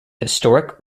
historic